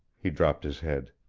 he dropped his head.